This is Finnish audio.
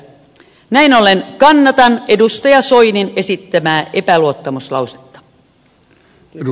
näin ollen kannatan edustaja soinin esittämää epäluottamuslausetta